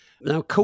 Now